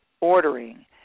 ordering